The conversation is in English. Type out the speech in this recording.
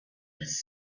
was